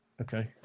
Okay